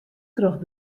troch